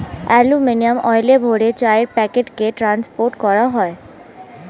aluminium ফয়েলে ভরে চায়ের প্যাকেটকে ট্রান্সপোর্ট করা হয়